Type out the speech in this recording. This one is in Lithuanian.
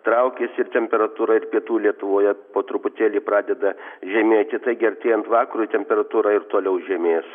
traukiasi ir temperatūra ir pietų lietuvoje po truputėlį pradeda žemėti taigi artėjant vakarui temperatūra ir toliau žemės